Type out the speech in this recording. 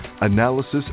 analysis